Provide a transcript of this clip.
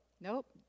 Nope